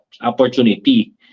opportunity